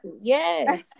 Yes